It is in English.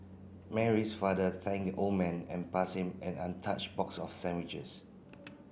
Mary's father thanked the old man and passed him an untouched box of sandwiches